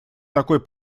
такой